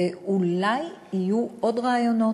ואולי יהיו עוד רעיונות,